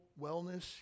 wellness